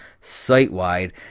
site-wide